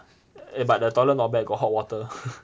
eh but the toilet not bad got hot water